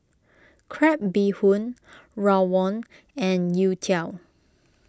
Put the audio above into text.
Crab Bee Hoon Rawon and Youtiao